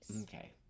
Okay